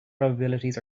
probabilities